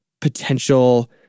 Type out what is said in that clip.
potential